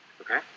Okay